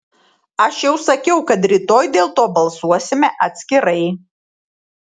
aš jau sakiau kad rytoj dėl to balsuosime atskirai